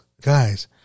guys